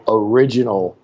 original